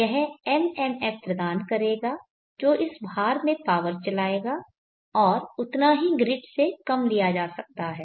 यह MMF प्रदान करेगा जो इस भार में पावर चलाएगा और उतना ही ग्रिड से कम लिया जा सकता है